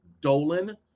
Dolan